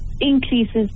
increases